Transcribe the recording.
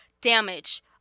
damage